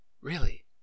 Really